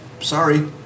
sorry